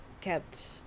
kept